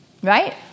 right